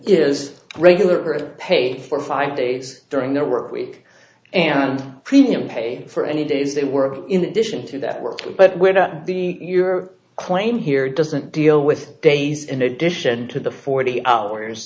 is regular paid for five days during their work week and premium pay for any days they work in addition to that work but we're not the your claim here doesn't deal with days in addition to the forty hours